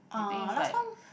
uh last time